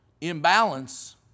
imbalance